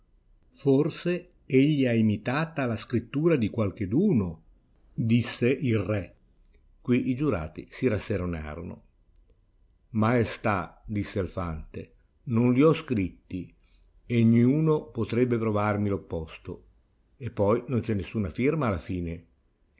forse egli ha imitata la scrittura di qualcheduno disse il re quì i giurati si rasserenarono maestà disse il fante non li ho scritti e niuno potrebbe provarmi l'opposto e poi non c'è nessuna firma alla fine